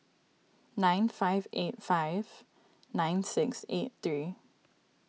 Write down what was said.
nine five eight five nine six eight three